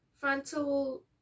frontal